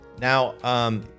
Now